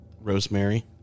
Rosemary